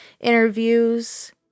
interviews